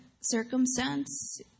circumstance